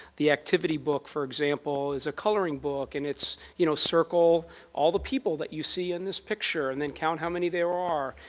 the activity book, for example, is a coloring book and it's you know circle all the people that you see in this picture and count how many there are,